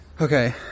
Okay